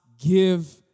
give